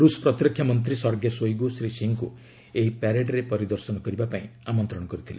ରୁଷ୍ ପ୍ରତିରକ୍ଷାମନ୍ତ୍ରୀ Sergei Shoigu Shri ସିଂହଙ୍କୁ ଏହି ପରେଡ୍ରେ ପରିଦର୍ଶନ କରିବା ପାଇଁ ଆମନ୍ତ୍ରଣ କରିଥିଲେ